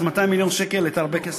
אז, 200 מיליון שקל היו הרבה כסף.